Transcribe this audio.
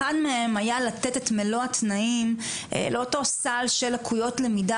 אחד מהם היה לתת את מלוא התנאים לאותו סל של לקויות למידה,